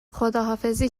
خداحافظی